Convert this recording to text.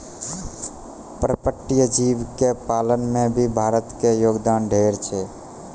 पर्पटीय जीव के पालन में भी भारत के योगदान ढेर छै